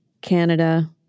canada